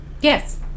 Yes